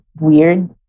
weird